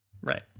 Right